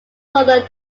colonel